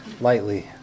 lightly